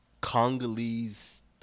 Congolese